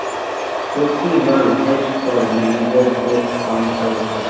सोपीराल hedge fund manager तोत काम कर छ